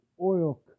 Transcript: oil